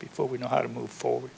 before we know how to move forward